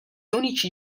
unici